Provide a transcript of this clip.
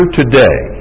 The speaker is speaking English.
today